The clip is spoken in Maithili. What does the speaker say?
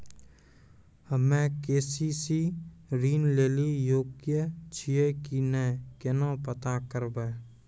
हम्मे के.सी.सी ऋण लेली योग्य छियै की नैय केना पता करबै?